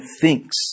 thinks